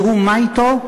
תראו מה אתו.